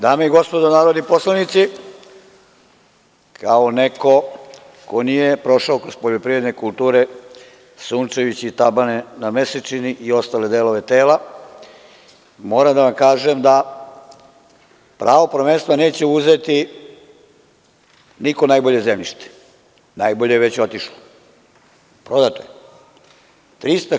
Dame i gospodo narodni poslanici, kao neko ko nije prošao kroz poljoprivredne kulture sunčajući tabane na mesečini i ostale delove tela, moram da vam kažem da pravo prvenstvo neće uzeti niko najbolje zemljište, najbolje je već otišlo, prodato.